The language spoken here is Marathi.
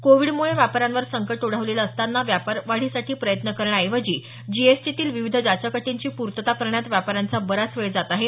कोविडमुळे व्यापाऱ्यांवर संकट ओढावलेलं असताना व्यापारवाढीसाठी प्रयत्न करण्याऐवजी जीएसटीतील विविध जाचक अटींची पूर्तता करण्यात व्यापाऱ्याचा बराच वेळ जात आहे